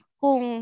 kung